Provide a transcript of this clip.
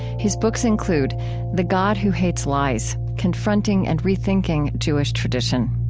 his books include the god who hates lies confronting and rethinking jewish tradition